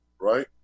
right